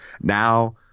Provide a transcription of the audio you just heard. Now